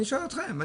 אני שואל אתכם.